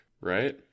right